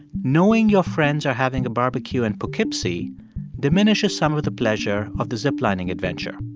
knowing your friends are having a barbecue in poughkeepsie diminishes some of the pleasure of the ziplining adventure.